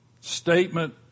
Statement